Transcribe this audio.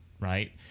right